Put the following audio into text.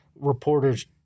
reporters